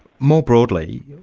more broadly,